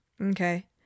Okay